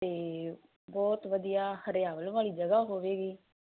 ਤੇ ਬਹੁਤ ਵਧੀਆ ਹਰਿਆਵਲ ਵਾਲੀ ਜਗ੍ਹਾ ਹੋਵੇਗੀ